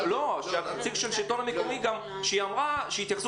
שהנציגה של השלטון המקומי אמרה שיתייחסו